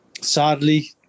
sadly